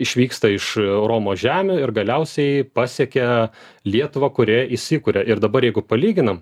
išvyksta iš romos žemių ir galiausiai pasiekė lietuvą kurioje įsikuria ir dabar jeigu palyginam